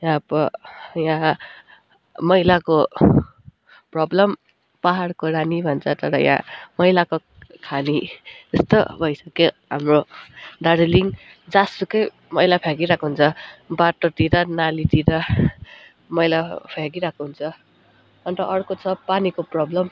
र अब यहाँ मैलाको प्रब्लम पाहाडको रानी भन्छ तर यहाँ मैलाको खानी जस्तो भइसक्यो हाम्रो दार्जिलिङ जहाँसुकै मैला फ्याँकिरहेको हुन्छ बाटोतिर नालीतिर मैला फ्याँकिरहेको हुन्छ अन्त अर्को छ पानीको प्रब्लम